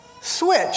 switch